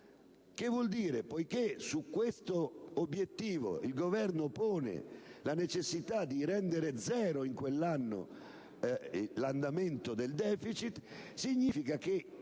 Ciò vuol dire, poiché su questo obiettivo il Governo pone la necessità di rendere zero in quell'anno l'andamento del deficit, che